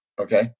okay